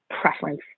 preference